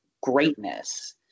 greatness